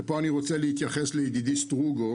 ופה אני רוצה להתייחס לדבריו של ידידי סטרוגו,